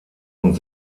und